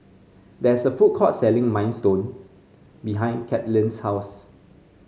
there is a food court selling Minestrone behind Cathleen's house